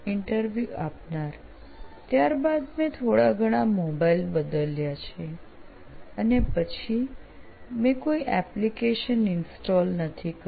interview આપનાર ત્યાર બાદ મેં થોડા ઘણા મોબાઈલ બદલ્યા છે અને પછી મેં કોઈ એપ્લિકેશન ઇન્સટોલ નથી કરી